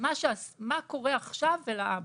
במה קורה עכשיו ולהבא.